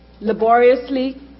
laboriously